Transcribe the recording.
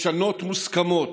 לשנות מוסכמות,